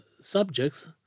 subjects